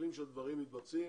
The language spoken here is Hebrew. מסתכלים שהדברים מתבצעים